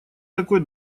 такой